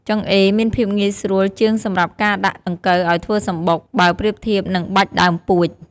ចង្អេរមានភាពងាយស្រួលជាងសម្រាប់ការដាក់ដង្កូវអោយធ្វើសំបុក បើប្រៀបធៀបនឹងបាច់ដើមពួច។